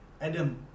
Adam